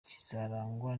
kizarangwa